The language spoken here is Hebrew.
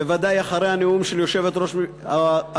בוודאי אחרי הנאום של יושבת-ראש האופוזיציה,